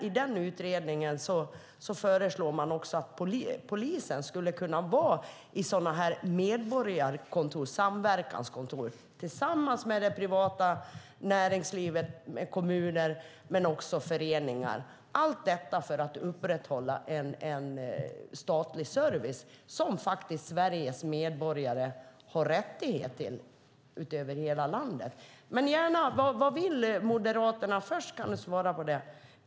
I den utredningen föreslår man att också polisen skulle kunna vara i sådana samverkanskontor tillsammans med det privata näringslivet och kommuner men också föreningar. Allt detta är för att upprätthålla en statlig service som Sveriges medborgare har rättighet till över hela landet. Vad vill Moderaterna? Du kan först svara på det.